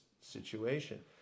situation